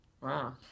Wow